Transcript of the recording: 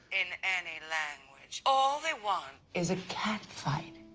in any language. all they want is a cat fight.